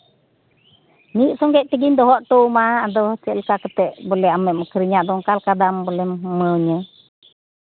ᱢᱤᱫ ᱥᱚᱸᱜᱮ ᱛᱮᱜᱮᱧ ᱫᱚᱦᱚ ᱦᱚᱴᱚᱣᱟᱢᱟ ᱟᱫᱚ ᱪᱮᱫᱞᱮᱠᱟ ᱠᱟᱛᱮ ᱵᱚᱞᱮ ᱟᱢᱮᱢ ᱟᱠᱷᱨᱤᱧᱟ ᱟᱫᱚ ᱚᱱᱠᱟᱞᱮᱠᱟ ᱫᱟᱢ ᱵᱚᱞᱮᱢ ᱮᱢᱟᱣᱟᱹᱧᱟᱹ